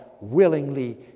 willingly